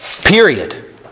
Period